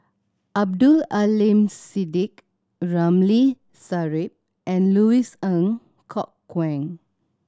Abdul Aleem Siddique Ramli Sarip and Louis Ng Kok Kwang